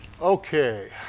Okay